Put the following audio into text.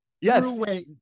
Yes